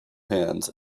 hands